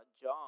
John